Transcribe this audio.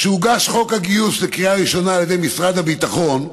כשהוגש חוק הגיוס לראשונה על ידי משרד הביטחון,